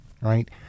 right